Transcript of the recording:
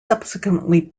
subsequently